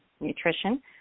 nutrition